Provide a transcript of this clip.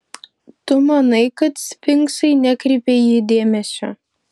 tu manai kad sfinksai nekreipia į jį dėmesio